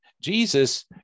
Jesus